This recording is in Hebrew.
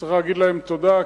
צריך להגיד להם תודה,